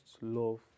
love